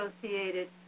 associated